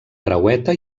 creueta